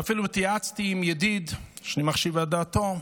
ואפילו התייעצתי עם ידיד שאני מחשיב את דעתו,